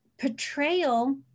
portrayal